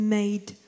made